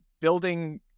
building